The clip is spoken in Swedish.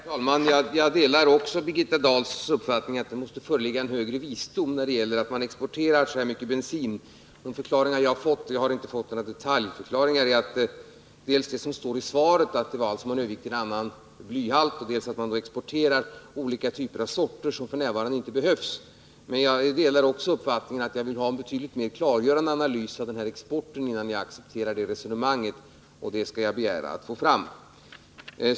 Herr talman! Jag delar också Birgitta Dahls uppfattning att det måste föreligga en högre visdom när det gäller export av så mycket bensin som det varit fråga om. De förklaringar jag har fått — det är inte några detaljförklaringar — är bl.a. det som står i svaret, nämligen att man övergick till annan blyhalt och exporterar olika sorter som f. n. inte behövs. Men jag delar också uppfattningen att det fordras en betydligt mer klargörande analys av exporten. Det vill jag ha innan jag accepterar det resonemanget, och jag skall begära att få det.